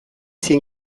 zien